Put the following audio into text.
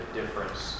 difference